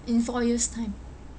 in four years time